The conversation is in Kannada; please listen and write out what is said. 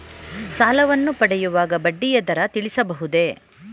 ಸಾಲವನ್ನು ಪಡೆಯುವಾಗ ಬಡ್ಡಿಯ ದರ ತಿಳಿಸಬಹುದೇ?